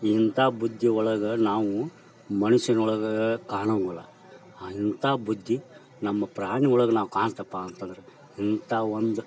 ಇಂಥ ಬುದ್ಧಿ ಒಳಗೆ ನಾವು ಮನುಷ್ಯನೊಳಗೆ ಕಾಣೋಂಗಿಲ್ಲ ಅಂಥ ಬುದ್ಧಿ ನಮ್ಮ ಪ್ರಾಣಿಯೊಳಗೆ ನಾವು ಕಾಣ್ತಪ್ಪಾ ಅಂತಂದ್ರೆ ಇಂಥ ಒಂದು